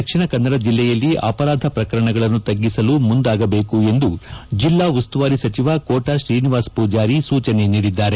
ದಕ್ಷಿಣ ಕನ್ನಡ ಜಿಲ್ಲೆಯಲ್ಲಿ ಅಪರಾಧ ಪ್ರಕರಣಗಳನ್ನು ತಗ್ಗಿಸಲು ಇಳಿಕೆಗೆ ಮುಂದಾಗಬೇಕು ಎಂದು ಜೆಲ್ಲಾ ಉಸ್ತುವಾರಿ ಸಚಿವ ಕೋಟ ಶ್ರೀನಿವಾಸ ಪೂಜಾರಿ ಸೂಚನೆ ನೀಡಿದ್ದಾರೆ